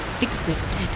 existed